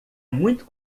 muito